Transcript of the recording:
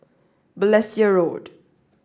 Balestier Road